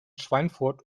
schweinfurt